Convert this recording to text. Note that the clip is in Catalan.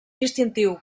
distintiu